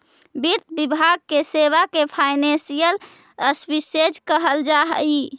वित्त विभाग के सेवा के फाइनेंशियल सर्विसेज कहल जा हई